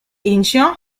incheon